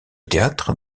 théâtre